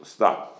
stop